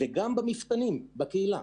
במפתנים בקהילה.